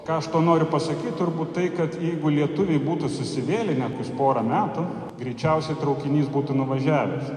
ką aš noriu pasakyt turbūt tai kad jeigu lietuviai būtų susivėlinę porą metų greičiausiai traukinys būtų nuvažiavęs